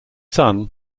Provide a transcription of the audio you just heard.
son